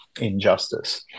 injustice